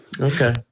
Okay